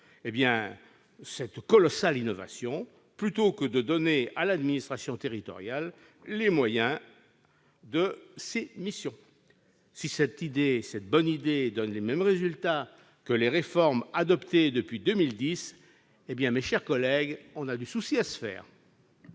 trompe cette colossale innovation, plutôt que de donner à l'administration territoriale les moyens de ses missions. Si cette bonne idée donne les mêmes résultats que les réformes adoptées depuis 2010, mes chers collègues, nous avons du souci à nous faire